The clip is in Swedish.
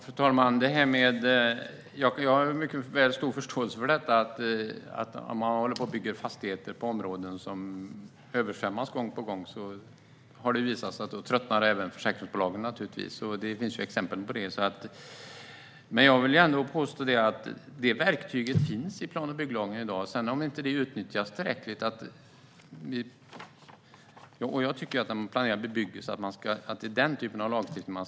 Naturvård och områ-desskydd, Utvidgning av Tivedens national-park och Utvidgning av Björnlandets nationalpark Fru talman! Om man bygger fastigheter i områden som översvämmas gång på gång har det visat sig att även försäkringsbolagen naturligtvis tröttnar. Det har jag stor förståelse för, och det finns exempel på det. Jag vill dock ändå påstå att det verktyget finns i plan och bygglagen i dag, även om det kanske inte utnyttjas tillräckligt. Jag tycker att det är den typen av lagstiftning man ska använda när det gäller planerad bebyggelse.